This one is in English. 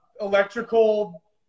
electrical